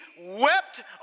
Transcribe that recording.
wept